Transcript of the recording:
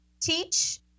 Teach